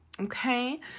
okay